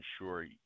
ensure